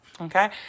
Okay